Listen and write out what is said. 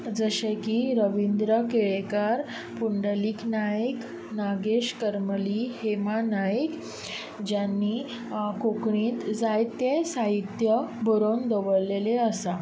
जशे की रवीन्द्र केळेकार पुडलींक नायक नागेश करमली हेमा नायक जाणीं कोंकणींत जायतें साहित्य बरोवन दवरिल्लें आसा